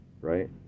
right